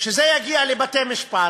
כשזה יגיע לבתי-משפט